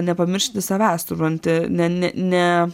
nepamiršti savęs supranti ne ne ne